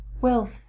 Wealth